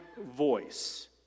voice